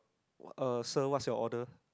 uh sir what is your order